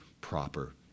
proper